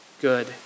good